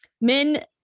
Men